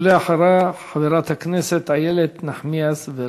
ואחריה, חברת הכנסת איילת נחמיאס ורבין.